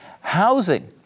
Housing